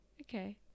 Okay